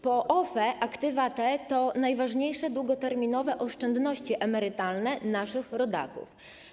Po OFE aktywa te to najważniejsze długoterminowe oszczędności emerytalne naszych rodaków.